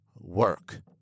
work